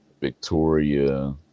Victoria